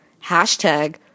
Hashtag